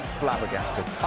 flabbergasted